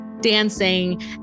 dancing